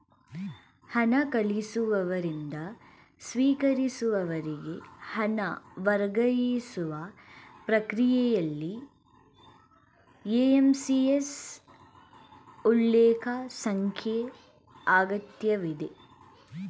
ಹಣ ಕಳಿಸುವವರಿಂದ ಸ್ವೀಕರಿಸುವವರಿಗೆ ಹಣ ವರ್ಗಾಯಿಸುವ ಪ್ರಕ್ರಿಯೆಯಲ್ಲಿ ಐ.ಎಂ.ಪಿ.ಎಸ್ ಉಲ್ಲೇಖ ಸಂಖ್ಯೆ ಅಗತ್ಯವಿದೆ